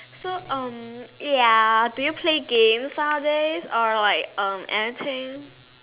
so um ya do you play games Saturdays or like um anything